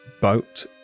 boat